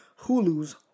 Hulu's